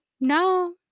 No